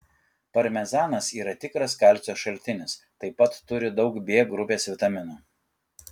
parmezanas yra tikras kalcio šaltinis taip pat turi daug b grupės vitaminų